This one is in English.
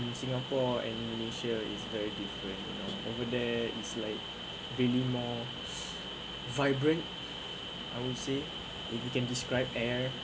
in singapore and indonesia is very different over there is like really more vibrant I would say if you can describe air